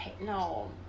no